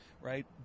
Right